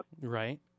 Right